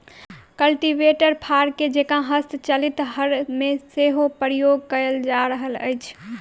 cultivator फार के जेंका हस्तचालित हर मे सेहो प्रयोग कयल जा रहल अछि